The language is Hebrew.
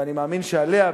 ואני מאמין שעליה,